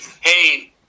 Hey